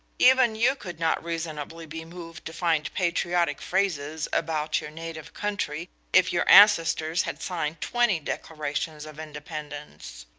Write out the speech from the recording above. even you could not reasonably be moved to fine patriotic phrases about your native country, if your ancestors had signed twenty declarations of independence.